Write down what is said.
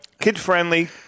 Kid-friendly